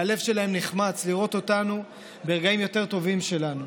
והלב שלהם נחמץ לראות אותנו ברגעים יותר טובים שלנו.